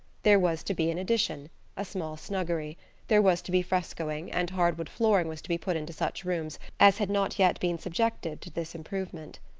there was to be an addition a small snuggery there was to be frescoing, and hardwood flooring was to be put into such rooms as had not yet been subjected to this improvement.